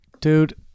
Dude